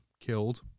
killed